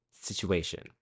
situation